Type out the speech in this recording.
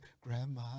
Grandma